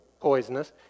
poisonous